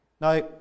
Now